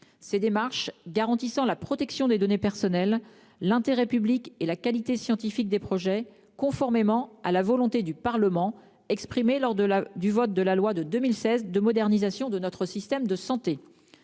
ces démarches garantissant la protection des données personnelles, l'intérêt public et la qualité scientifique des projets, conformément à la volonté du Parlement exprimée lors du vote de la loi de 2016 de modernisation de notre système de santé.